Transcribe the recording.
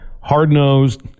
Hard-nosed